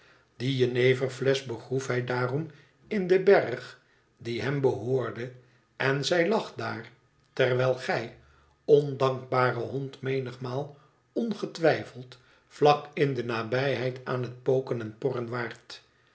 die jeneverflesch begroef hij daarom in den berg e hem behoorde en zij lag daar terwijl gij ondankbarehond menigmaal ongetwijfeld vlak in de nabijheid aan het poken en porren waart